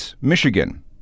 Michigan